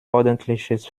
ordentliches